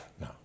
No